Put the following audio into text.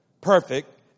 perfect